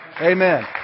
Amen